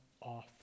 off